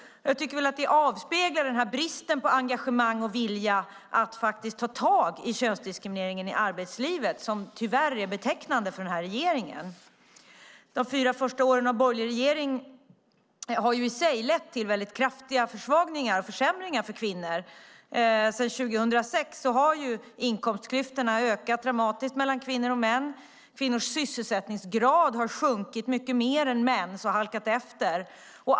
Det avspeglar bristen på engagemang och vilja att faktiskt ta tag i könsdiskrimineringen i arbetslivet, vilket tyvärr är betecknande för denna regering. De fyra första åren med en borgerlig regering har i sig lett till en kraftig försvagning och kraftiga försämringar för kvinnor. Sedan 2006 har inkomstklyftorna mellan kvinnor och män ökat dramatiskt, kvinnors sysselsättningsgrad har sjunkit mycket mer än mäns och halkat efter.